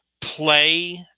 play